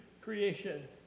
creation